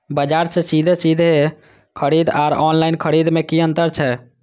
बजार से सीधे सीधे खरीद आर ऑनलाइन खरीद में की अंतर छै?